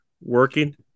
working